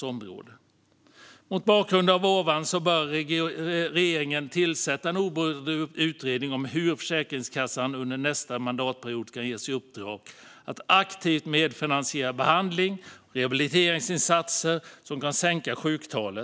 Socialförsäkrings-frågor Mot bakgrund av vad jag nu anfört bör regeringen tillsätta en oberoende utredning om hur Försäkringskassan under nästa mandatperiod kan ges i uppdrag att aktivt medfinansiera behandling och rehabiliteringsinsatser som kan sänka sjuktalet.